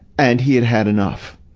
and he had had enough.